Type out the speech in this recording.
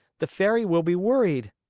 the fairy will be worried.